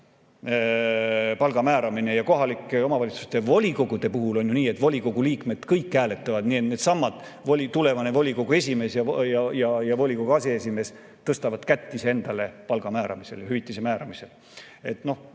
palga määramine ... Kohalike omavalitsuste volikogude puhul on ju nii, et volikogu liikmed kõik hääletavad, needsamad tulevane volikogu esimees ja volikogu aseesimees tõstavad kätt ise endale palga määramisel, hüvitise määramisel.